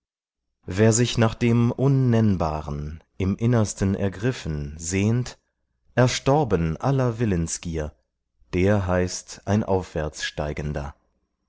wer sich nach dem unnennbaren im innersten ergriffen sehnt erstorben aller willensgier der heißt ein aufwärtssteigender